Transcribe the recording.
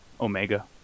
Omega